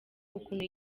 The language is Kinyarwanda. ukuntu